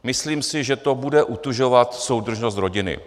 Myslím si, že to bude utužovat soudržnost rodiny.